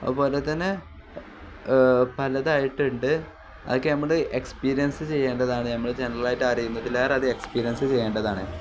അതുപോലെ തന്നെ പലതായിട്ടുണ്ട് അതൊക്കെ ഞമ്മള് എക്സ്പീരിയൻസ് ചെയ്യേണ്ടതാണ് ഞമ്മള് ജനറലായിട്ട് അറിയുന്നതിലേറെ അത് എക്സ്പീരിയൻസ് ചെയ്യേണ്ടതാണ്